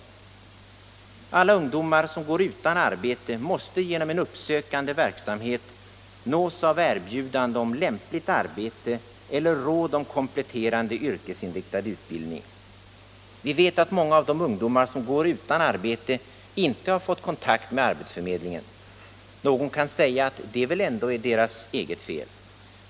Allmänpolitisk debatt Allmänpolitisk debatt Alla ungdomar som går utan arbete måste genom en uppsökande verksamhet nås av erbjudande om lämpligt arbete eller råd om kompletterande yrkesinriktad utbildning. Vi vet att många av de ungdomar, som går utan arbete, inte har fått kontakt med arbetsförmedlingen. Någon kan säga att det väl ändå är deras eget fel.